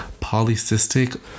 polycystic